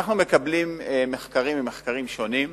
אנחנו מקבלים מחקרים ממחקרים שונים,